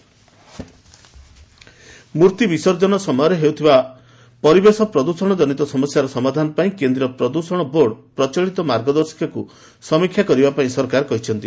LS Javadekar idols ମୂର୍ତ୍ତି ବିସର୍ଜନ ସମୟରେ ହେଉଥିବା ପରିବେଶ ପ୍ରଦୃଷଣ ଜନିତ ସମସ୍ୟାର ସମାଧାନ ପାଇଁ କେନ୍ଦ୍ରୀୟ ପ୍ରଦୃଷଣ ବୋର୍ଡ଼ ପ୍ରଚଳିତ ମାର୍ଗଦର୍ଶିକାକୁ ସମୀକ୍ଷା କରିବାପାଇଁ ସରକାର କହିଛନ୍ତି